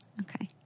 Okay